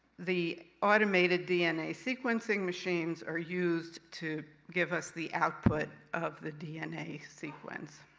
the automated dna sequencing machines are used to give us the output of the dna sequence.